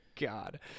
God